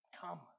come